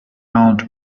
old